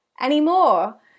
anymore